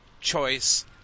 choice